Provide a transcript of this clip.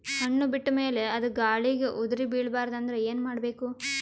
ಹಣ್ಣು ಬಿಟ್ಟ ಮೇಲೆ ಅದ ಗಾಳಿಗ ಉದರಿಬೀಳಬಾರದು ಅಂದ್ರ ಏನ ಮಾಡಬೇಕು?